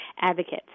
advocates